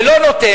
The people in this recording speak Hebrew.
זה לא נותן,